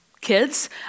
kids